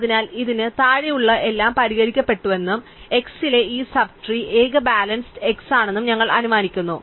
അതിനാൽ ഇതിന് താഴെയുള്ള എല്ലാം പരിഹരിക്കപ്പെട്ടുവെന്നും x ലെ ഈ സബ് ട്രീ ഏക ബാലൻസ് x ആണെന്നും ഞങ്ങൾ അനുമാനിക്കുന്നു